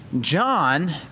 John